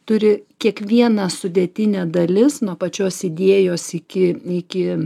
turi kiekviena sudėtinė dalis nuo pačios idėjos iki iki